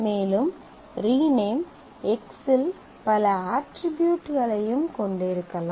மேலும் rename x இல் பல அட்ரிபியூட்களையும் கொண்டிருக்கலாம்